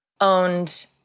owned